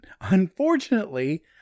Unfortunately